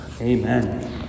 Amen